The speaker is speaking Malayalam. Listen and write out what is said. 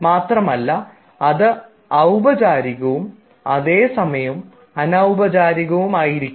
മാത്രമല്ല അത് ഔപചാരികവും അതേസമയം അനൌപചാരികവും ആയിരിക്കും